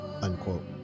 unquote